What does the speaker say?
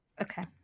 Okay